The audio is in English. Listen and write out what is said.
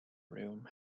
room